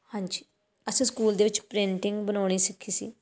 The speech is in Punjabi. ਹਾਂਜੀ ਅਸੀਂ ਸਕੂਲ ਦੇ ਵਿੱਚ ਪ੍ਰੇਂਟਿੰਗ ਬਣਾਉਣੀ ਸਿੱਖੀ ਸੀ